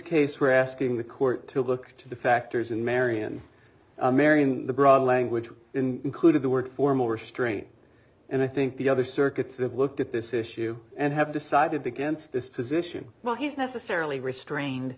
case we're asking the court to look to the factors in marion marion the broad language in included the word for more strain and i think the other circuits that looked at this issue and have decided against this position well he's necessarily restrained